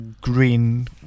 green